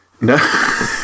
No